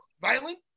violent